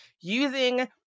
using